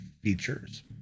features